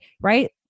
right